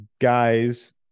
guys